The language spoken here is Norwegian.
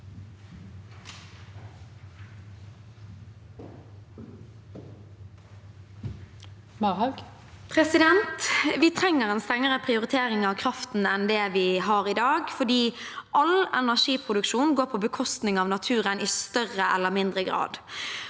Vi trenger en streng- ere prioritering av kraften enn det vi har i dag, for all energiproduksjon går på bekostning av naturen i større eller mindre grad.